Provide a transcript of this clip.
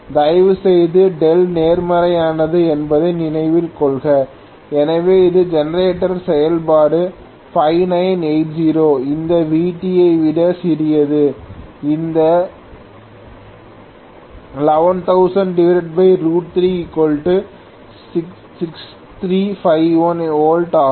தயவுசெய்து δ நேர்மறையானது என்பதை நினைவில் கொள்க எனவே இது ஜெனரேட்டர் செயல்பாடு 5980 இந்த Vt ஐ விட சிறியது இந்த 110003 6351 வோல்ட் ஆகும்